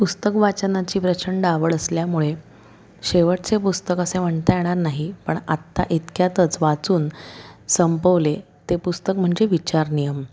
पुस्तक वाचनाची प्रचंड आवड असल्यामुळे शेवटचे पुस्तक असे म्हणता येणार नाही पण आत्ता इतक्यातच वाचून संपवले ते पुस्तक म्हणजे विचार नियम